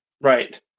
Right